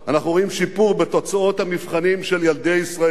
אנחנו רואים שיפור בתוצאות המבחנים של ילדי ישראל,